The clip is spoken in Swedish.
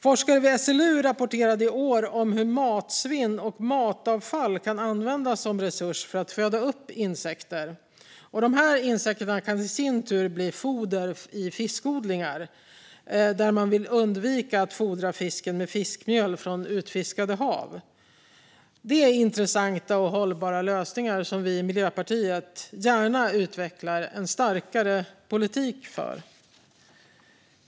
Forskare vid SLU rapporterade i år om hur matsvinn och matavfall kan användas som resurs för att föda upp insekter. Dessa insekter kan i sin tur bli foder i fiskodlingar där man vill undvika att fodra fisken med fiskmjöl från utfiskade hav. Det är intressanta och hållbara lösningar som vi i Miljöpartiet gärna utvecklar en starkare politik för.